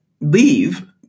leave